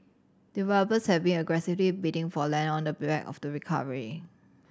developers have been aggressively bidding for land on the of the recovery